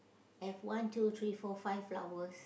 have one two three four five flowers